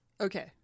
Okay